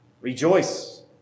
Rejoice